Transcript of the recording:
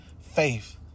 faith